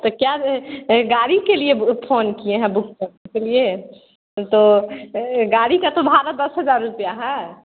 तो क्या गाड़ी के लिए अब फोन किए हैं बुक करने के लिए तो गाड़ी का तो भाड़ा दस हज़ार रुपया है